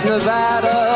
Nevada